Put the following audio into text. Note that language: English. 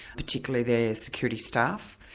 particularly their security staff.